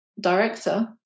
director